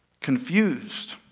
confused